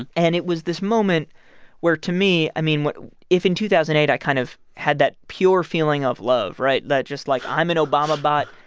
and and it was this moment where, to me, i mean, what if in two thousand and eight, i kind of had that pure feeling of love right? that just like, i'm an obama bot.